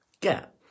get